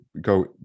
go